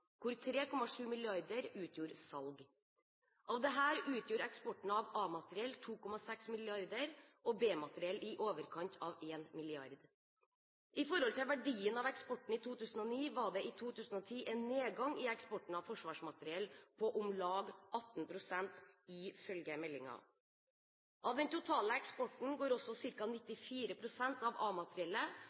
3,7 mrd. kr utgjorde salg. Av dette utgjør eksporten av A-materiell 2,6 mrd. kr og B-materiell i overkant av 1 mrd. kr. I forhold til verdien av eksporten i 2009 var det i 2010 en nedgang i eksporten av forsvarsmateriell på om lag 18 pst., ifølge meldingen. Av den totale eksporten går ca. 94 pst. av